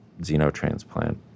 xenotransplant